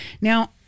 now